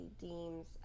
deems